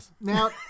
now